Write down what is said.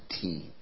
team